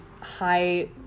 high